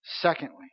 Secondly